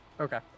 Okay